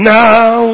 now